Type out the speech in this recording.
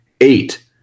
eight